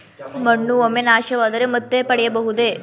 ಮಣ್ಣು ಒಮ್ಮೆ ನಾಶವಾದರೆ ಮತ್ತೆ ಪಡೆಯಬಹುದೇ?